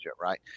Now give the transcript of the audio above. right